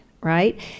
right